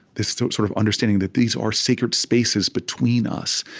this so sort of understanding that these are sacred spaces between us,